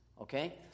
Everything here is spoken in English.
Okay